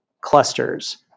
clusters